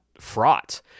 fraught